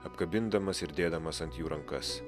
apkabindamas ir dėdamas ant jų rankas